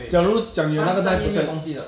假如讲你有那个 nine percent